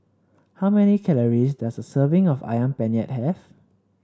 how many calories does a serving of ayam Penyet have